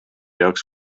jaoks